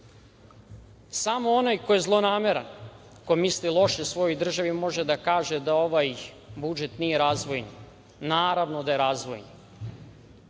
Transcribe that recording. onaj ko je zlonameran, ko misli loše svojoj državi, može da da kaže da ovaj budžet nije razvojni. Naravno da je razvojni.